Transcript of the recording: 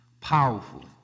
Powerful